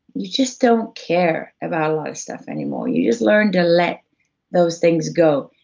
you just don't care about a lot of stuff anymore. you just learn to let those things go.